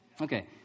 Okay